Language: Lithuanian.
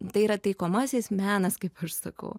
tai yra taikomasis menas kaip aš sakau